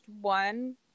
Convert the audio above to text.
one